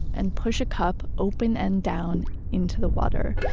and push a cup open and down into the water.